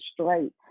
straight